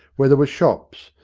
where there were shops,